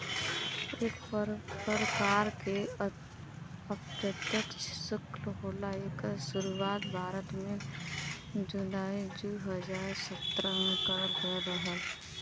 एक परकार के अप्रत्यछ सुल्क होला एकर सुरुवात भारत में जुलाई दू हज़ार सत्रह में करल गयल रहल